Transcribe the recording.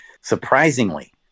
surprisingly